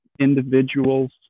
individuals